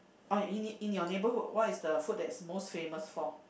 oh in in your neighborhood what is the food that's most famous for